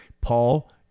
Paul